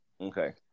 Okay